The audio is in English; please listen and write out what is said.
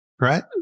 right